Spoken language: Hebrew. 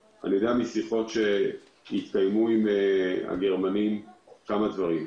משיחות שהתקיימו עם הגרמנים אני יודע כמה דברים.